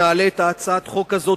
אנחנו נעלה את הצעת החוק הזאת,